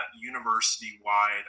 university-wide